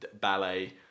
ballet